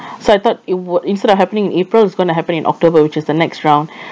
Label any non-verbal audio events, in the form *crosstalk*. so I thought it would instead of happening april is gonna happen in october which is the next round *breath*